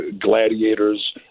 gladiator's